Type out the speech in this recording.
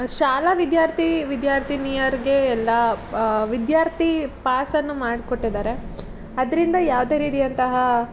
ಶಾಲಾ ವಿದ್ಯಾರ್ಥಿ ವಿದ್ಯಾರ್ಥಿನಿಯರಿಗೆ ಎಲ್ಲ ವಿದ್ಯಾರ್ಥಿ ಪಾಸನ್ನು ಮಾಡಿಕೊಟ್ಟಿದಾರೆ ಅದರಿಂದ ಯಾವುದೇ ರೀತಿಯಂತಹ